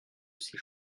ces